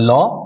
Law